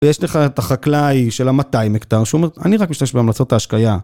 ויש לך את החקלאי של המאתיים הקטר שהוא אומר, אני רק משתמש בהמלצות ההשקיה.